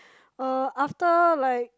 uh after like